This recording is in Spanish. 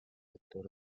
actor